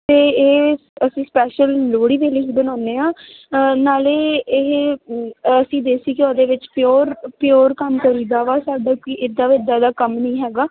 ਅਤੇ ਇਹ ਅਸੀਂ ਸਪੈਸ਼ਲ ਲੋਹੜੀ ਦੇ ਲਈ ਹੀ ਬਣਾਉਂਦੇ ਹਾਂ ਨਾਲੇ ਇਹ ਅਸੀਂ ਦੇਸੀ ਘਿਓ ਦੇ ਵਿੱਚ ਪਿਓਰ ਪਿਓਰ ਕੰਮ ਕਰੀਦਾ ਵਾ ਸਾਡੇ ਕੋਈ ਇੱਦਾਂ ਦਾ ਕੰਮ ਨਹੀਂ ਹੈਗਾ